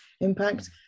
impact